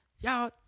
Y'all